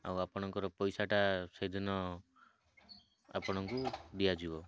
ଆଉ ଆପଣଙ୍କର ପଇସାଟା ସେଦିନ ଆପଣଙ୍କୁ ଦିଆଯିବ